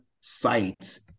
sites